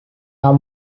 are